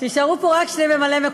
שיישארו פה רק שני ממלאי-מקומי,